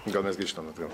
gal mes grįžtam atgal